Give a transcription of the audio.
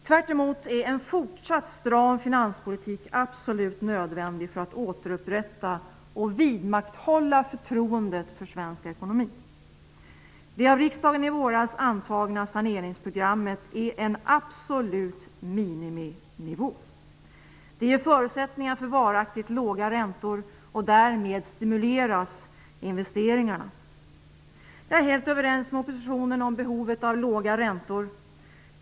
Tvärtom är en fortsatt stram finanspolitik absolut nödvändig för att återupprätta och vidmakthålla förtroendet för svensk ekonomi. Det av riksdagen i våras antagna saneringsprogrammet är en absolut miniminivå. Det ger förutsättningar för varaktigt låga räntor, och därmed stimuleras investeringarna. Jag är helt överens med oppositionen om behovet av låga räntor.